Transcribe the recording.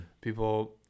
people